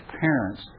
parents